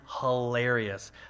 hilarious